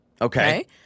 Okay